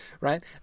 Right